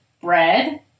bread